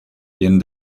bien